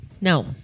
No